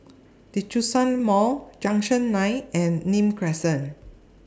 Djitsun Mall Junction nine and Nim Crescent